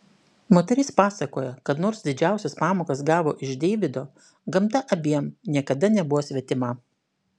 moteris pasakoja kad nors didžiausias pamokas gavo iš deivido gamta abiem niekada nebuvo svetima